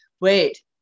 wait